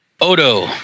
Odo